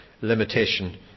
limitation